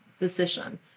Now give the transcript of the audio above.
decision